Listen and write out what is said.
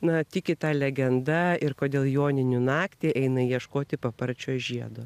na tiki ta legenda ir kodėl joninių naktį eina ieškoti paparčio žiedo